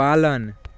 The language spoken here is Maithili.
पालन